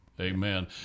Amen